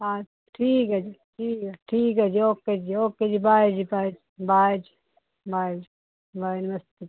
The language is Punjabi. ਹਾਂ ਠੀਕ ਹੈ ਜੀ ਠੀਕ ਹੈ ਠੀਕ ਹੈ ਜੀ ਓਕੇ ਜੀ ਓਕੇ ਜੀ ਬਾਏ ਜੀ ਬਾਏ ਬਾਏ ਜੀ ਬਾਏ ਬਾਏ